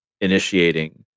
initiating